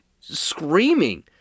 screaming